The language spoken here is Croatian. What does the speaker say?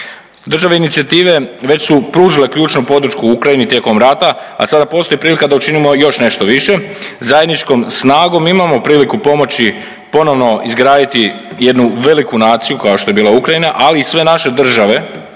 Države Inicijative već su pružile ključnu podršku Ukrajinu tijekom rata, a sada postoji prilika da učinimo još nešto više. Zajedničkom snagom imamo priliku pomoći ponovno izgraditi jednu veliku naciju kao što je bila Ukrajina, ali i sve naše države